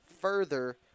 further